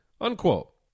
Unquote